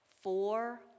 four